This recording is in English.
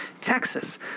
Texas